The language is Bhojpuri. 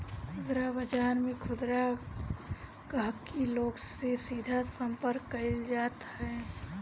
खुदरा बाजार में खुदरा गहकी लोग से सीधा संपर्क कईल जात हवे